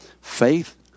Faith